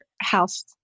house